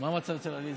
מה המצב אצל עליזה?